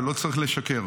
ולא צריך לשקר,